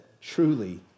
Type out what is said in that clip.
truly